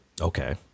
Okay